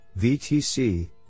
VTC